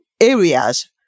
areas